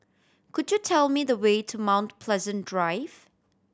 could you tell me the way to Mount Pleasant Drive